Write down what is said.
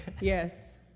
Yes